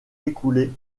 écoulé